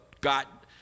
got